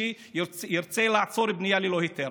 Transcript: שהיא מתפרקת בסיום אישור תוכנית המתאר.